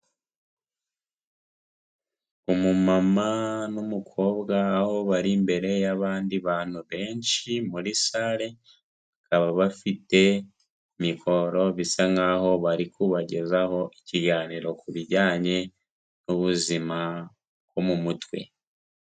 Umumama n'umukobwa, aho bari imbere y'abandi bantu benshi muri sare, bakaba bafite mikoro bisa nkaho bari kubagezaho ikiganiro ku bijyanye n'ubuzima bwo mu mutwe.